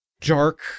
dark